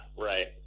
right